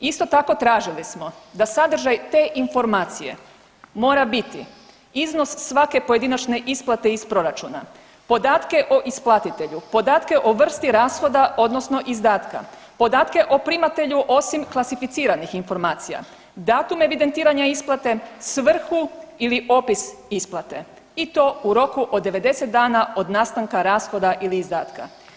Isto tako tražili smo da sadržaj te informacije mora biti iznos svake pojedinačne isplate iz proračuna, podatke o isplatitelju, podatke o vrsti rashoda odnosno izdatka, podatke o primatelju osim klasificiranih informacija, datum evidentiranja isplate, svrhu ili opis isplate i to u roku od 90 dana od nastanka rashoda ili izdatka.